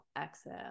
exhale